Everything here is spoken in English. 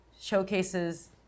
showcases